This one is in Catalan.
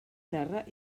terra